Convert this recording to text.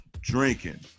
drinking